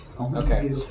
Okay